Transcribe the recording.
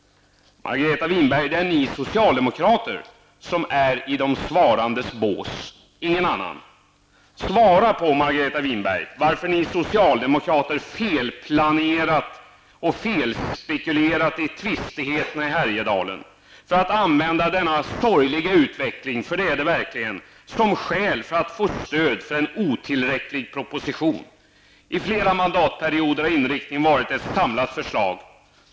Margareta Winberg, det är ni socialdemokrater som är i de svarandes bås, inga andra. Svara på, Margareta Winberg, varför ni socialdemokrater felplanerat och felspekulerat i tvistigheterna i Härjedalen, för att använda denna sorgliga utveckling -- för det är det verkligen -- som skäl för att få stöd för en otillräcklig proposition. Under flera mandatperioder har inriktningen varit ett samlat förslag.